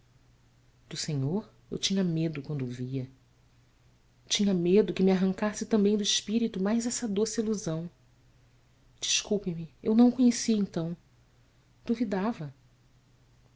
do senhor eu tinha medo quando o via tinha medo que me arrancasse também do espírito mais essa doce ilusão desculpe-me eu não o conhecia então duvidava